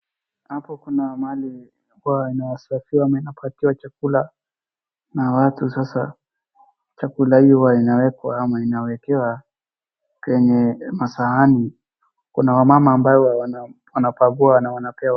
Hapa kuna mahali inakuwa ina serve iwa ama inapatiwa chakula na watu sasa. Chakula hiyo inawekwa ama inawekewa kwenye masahani. Kuna wamama ambao wana, wanapakua na wanape wa..